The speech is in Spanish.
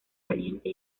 caliente